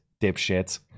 Dipshits